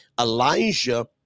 Elijah